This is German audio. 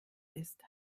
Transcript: ist